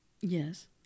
Yes